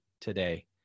today